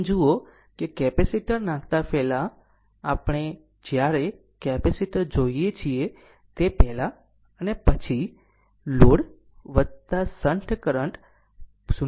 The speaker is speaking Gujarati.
આમ જુઓ કે કેપેસિટર નાખતા પહેલા આપણે જ્યારે કેપેસિટર જોઈએ છીએ તે પહેલાં અને પછી લોડ શન્ટ કેપેસિટર 0